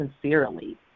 sincerely